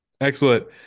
Excellent